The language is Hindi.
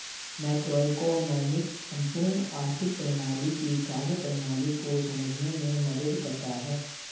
मैक्रोइकॉनॉमिक्स संपूर्ण आर्थिक प्रणाली की कार्यप्रणाली को समझने में मदद करता है